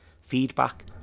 Feedback